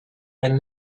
and